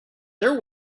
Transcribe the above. there